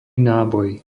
náboj